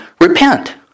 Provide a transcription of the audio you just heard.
repent